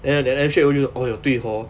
and then and then straight 我就 !aiyo! 对 hor